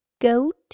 goat